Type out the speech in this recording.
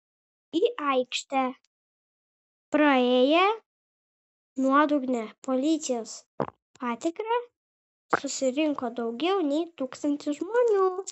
į aikštę praėję nuodugnią policijos patikrą susirinko daugiau nei tūkstantis žmonių